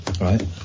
Right